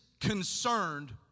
concerned